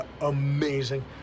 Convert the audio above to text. amazing